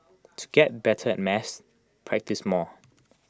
to get better at maths practise more